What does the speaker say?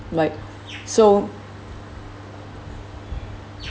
right so